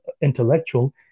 intellectual